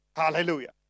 Hallelujah